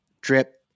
drip